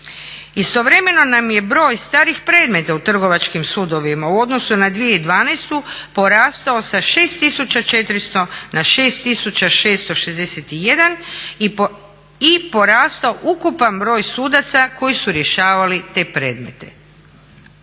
Istovremeno nam je broj starih predmeta u trgovačkim sudovima u odnosu na 2012. porastao sa 6400 na 6661 i porastao ukupan broj sudaca koji su rješavali te predmete.